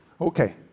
Okay